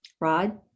Rod